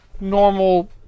normal